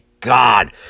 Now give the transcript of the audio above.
God